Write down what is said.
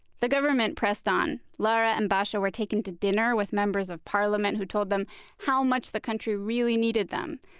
the government pressed on. lara and bacha were taken to dinner with members of parliament who told them how much the country really needed them.